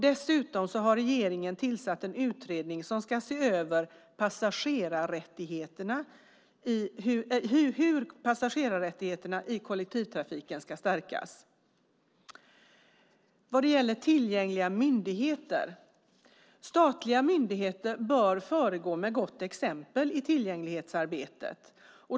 Dessutom har regeringen tillsatt en utredning som ska se över hur passagerarrättigheterna i kollektivtrafiken ska stärkas. När det gäller tillgängliga myndigheter bör statliga myndigheter föregå med gott exempel.